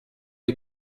est